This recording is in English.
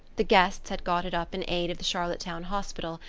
the guests had got it up in aid of the charlottetown hospital,